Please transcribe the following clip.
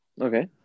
Okay